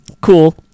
cool